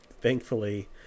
thankfully